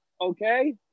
okay